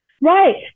Right